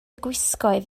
gwisgoedd